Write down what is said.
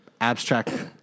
abstract